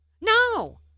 No